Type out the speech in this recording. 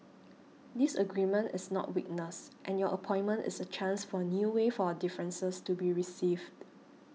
disagreement is not weakness and your appointment is a chance for a new way for our differences to be received